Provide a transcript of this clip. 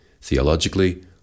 theologically